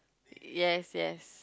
yes yes